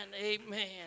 Amen